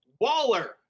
Waller